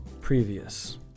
Previous